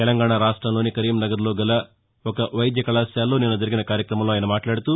తెలంగాణ రాష్టంలోని కరీంనగర్ లో గల పతిమా వైద్య కళాశాలలో నిన్న జరిగిన ఒక కార్యక్రమంలో ఆయన మాట్లాడుతూ